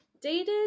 dated